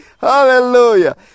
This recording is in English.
hallelujah